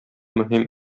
мөһим